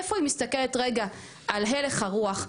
איפה היא מסתכלת רגע על הלך הרוח,